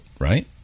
right